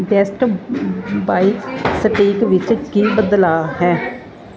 guest ਬਾਇ ਸਟਿਕ ਵਿੱਚ ਕੀ ਬਦਲਾਅ ਹੈ